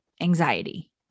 anxiety